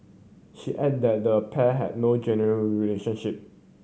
she added that the pair had no genuine relationship